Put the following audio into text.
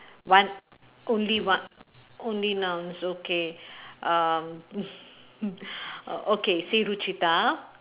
one only one only nouns okay um oh okay say Ruchita